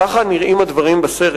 ככה נראים הדברים בסרט.